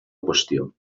qüestió